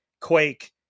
Quake